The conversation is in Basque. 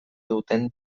duten